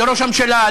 לראש הממשלה,